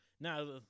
Now